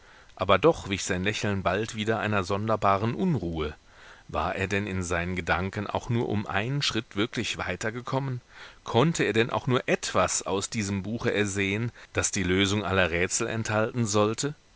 aber doch wich sein lächeln bald wieder einer sonderbaren unruhe war er denn in seinen gedanken auch nur um einen schritt wirklich weiter gekommen konnte er denn auch nur etwas aus diesem buche ersehen das die lösung aller rätsel enthalten sollte